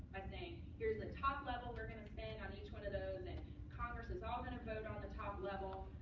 by saying, here's the top level we're going to spend on each one of those. and congress is all going to vote on the top level.